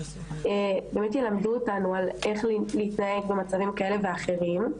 ובאמת ילמדו אותנו על איך להתנהג במצבים כאלה ואחרים.